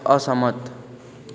असहमत